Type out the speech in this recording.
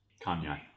Kanye